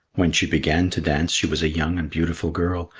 when she began to dance she was a young and beautiful girl,